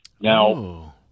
Now